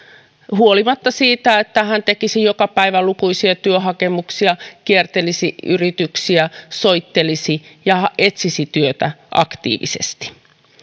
huolimatta siitä että hän tekisi joka päivä lukuisia työhakemuksia kiertelisi yrityksiä soittelisi ja etsisi työtä aktiivisesti